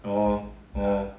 orh orh